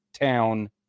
town